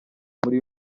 muri